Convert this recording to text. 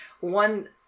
one